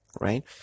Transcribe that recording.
right